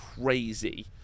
crazy